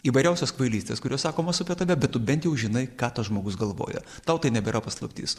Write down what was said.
įvairiausios kvailystės kurios sakomos apie tave bet tu bent jau žinai ką tas žmogus galvoja tau tai nebėra paslaptis